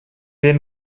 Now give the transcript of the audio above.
wir